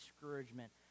discouragement